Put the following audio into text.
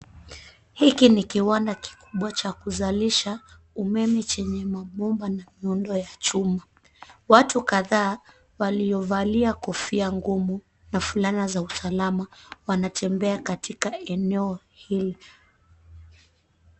Hiki ni kiwanda kikubwa cha kusalisha umemechenye mapomba yenye muhundo wa chuma, watu kadhaa waliovalia kofia ngumu na vulana ya usalama wanatembea katika eneo hili